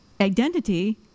identity